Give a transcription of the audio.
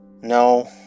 No